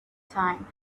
time